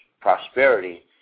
Prosperity